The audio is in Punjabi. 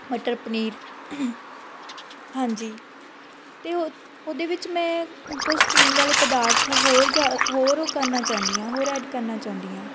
ਮਟਰ ਪਨੀਰ ਹਾਂਜੀ ਅਤੇ ਉਹ ਉਹਦੇ ਵਿੱਚ ਮੈਂ ਕੁਛ ਪੀਣ ਵਾਲੇ ਪਦਾਰਥ ਹੋਰ ਜਿ ਹੋਰ ਉਹ ਕਰਨਾ ਚਾਹੁੰਦੀ ਹਾਂ ਹੋਰ ਐਡ ਕਰਨਾ ਚਾਹੁੰਦੀ ਹਾਂ